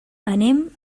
anem